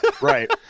Right